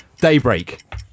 Daybreak